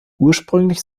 ursprünglich